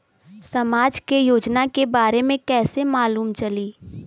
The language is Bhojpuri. समाज के योजना के बारे में कैसे मालूम चली?